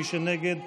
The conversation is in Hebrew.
מי שנגד,